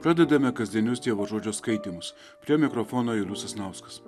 pradedame kasdienius dievo žodžio skaitymus prie mikrofono julius sasnauskas